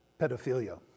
pedophilia